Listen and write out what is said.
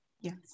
yes